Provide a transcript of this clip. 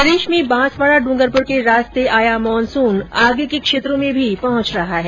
प्रदेश में बांसवाडा ड्रूंगरपुर के रास्ते आया मानसून आगे के क्षेत्रों में भी पहुंच रहा है